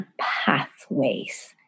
pathways